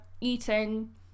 eating